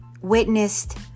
witnessed